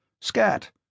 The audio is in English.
Scat